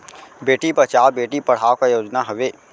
बेटी बचाओ बेटी पढ़ाओ का योजना हवे?